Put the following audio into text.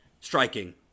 striking